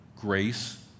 grace